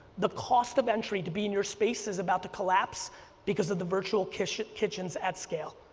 the cost of entry to be in your space is about to collapse because of the virtual kitchens kitchens at scale.